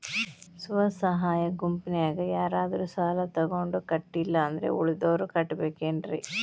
ಸ್ವ ಸಹಾಯ ಗುಂಪಿನ್ಯಾಗ ಯಾರಾದ್ರೂ ಸಾಲ ತಗೊಂಡು ಕಟ್ಟಿಲ್ಲ ಅಂದ್ರ ಉಳದೋರ್ ಕಟ್ಟಬೇಕೇನ್ರಿ?